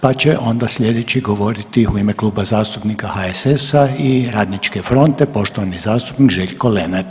Pa će onda sljedeći govoriti u ime Kluba zastupnika HSS-a i Radničke fronte poštovani zastupnik Željko Lenart.